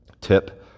tip